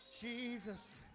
Jesus